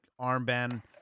armband